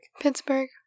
Pittsburgh